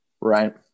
right